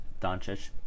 Doncic